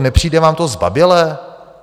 Nepřijde vám to zbabělé?